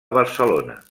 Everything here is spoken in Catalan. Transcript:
barcelona